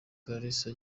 clarisse